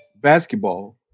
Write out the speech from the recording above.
basketball